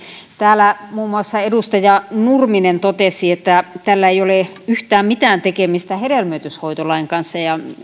täällä muun muassa edustaja nurminen totesi että tällä ei ole yhtään mitään tekemistä hedelmöityshoitolain kanssa ja myös